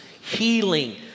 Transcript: healing